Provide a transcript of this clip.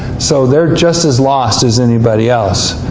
so they are just as lost as anybody else.